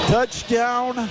Touchdown